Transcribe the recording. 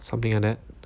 something like that